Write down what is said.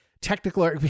technical